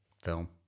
Film